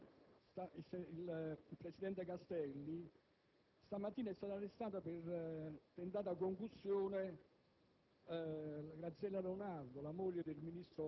il capogruppo della Lega, il senatore Castelli, stamattina è stata arrestata per tentata corruzione